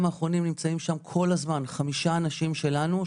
האחרונים נמצאים שם כל זמן חמישה אנשים שלנו.